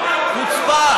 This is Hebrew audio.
חוצפה.